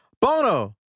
Bono